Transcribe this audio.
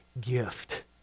gift